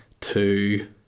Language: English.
two